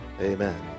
Amen